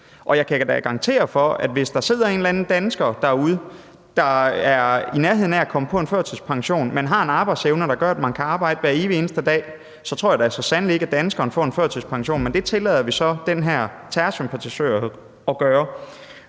og frem og tilbage. Og hvis der sidder en eller anden dansker derude, der er i nærheden af at komme på en førtidspension, men har en arbejdsevne, der gør, at vedkommende kan arbejde hver evig eneste dag, så tror jeg da så sandelig ikke, at danskeren får en førtidspension, men det tillader vi så den her terrorsympatisør at få.